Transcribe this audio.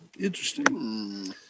Interesting